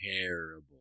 terrible